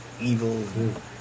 evil